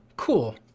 Cool